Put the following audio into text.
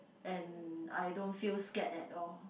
and I don't feel scared at all